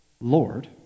Lord